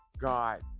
God